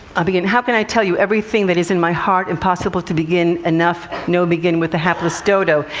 i'll begin. how can i tell you everything that is in my heart? impossible to begin. enough. no. begin with the hapless dodo.